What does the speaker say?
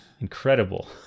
incredible